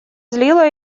злило